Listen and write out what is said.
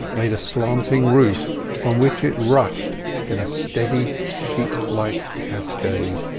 made a slanting roof from which it rushed in a steady sheet-like cascade.